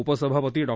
उपसभापती डॉ